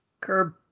curb